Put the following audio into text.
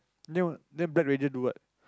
then what then black ranger do what